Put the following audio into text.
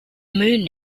moon